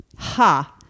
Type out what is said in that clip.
Ha